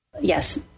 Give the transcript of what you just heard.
Yes